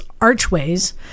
archways